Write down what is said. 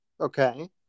Okay